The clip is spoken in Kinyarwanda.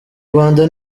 rwanda